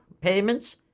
Payments